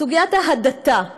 סוגיית ההדתה,